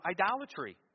idolatry